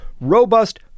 robust